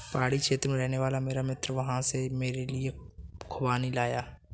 पहाड़ी क्षेत्र में रहने वाला मेरा मित्र वहां से मेरे लिए खूबानी लाया